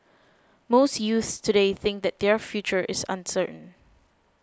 most youths today think that their future is uncertain